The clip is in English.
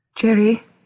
Jerry